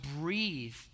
breathe